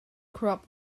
crop